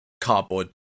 cardboard